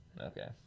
Okay